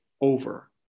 over